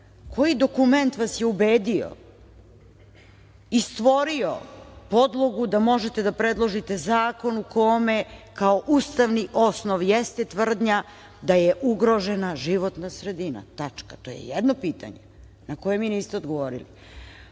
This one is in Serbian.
koji dokument vas je ubedio i stvorio podlogu da možete da predložite zakon u kome kao ustavni osnov jeste tvrdnja da je ugrožena životna sredina tačka? To je jedno pitanje na koje mi niste odgovorili. Prozivate